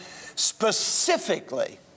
specifically